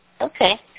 Okay